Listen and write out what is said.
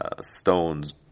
stones